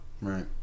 Right